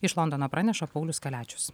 iš londono praneša paulius kaliačius